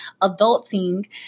adulting